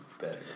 better